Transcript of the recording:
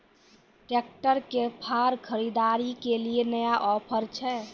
Tractor के फार खरीदारी के लिए नया ऑफर छ?